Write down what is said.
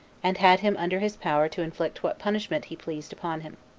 and had him under his power to inflict what punishment he pleased upon him.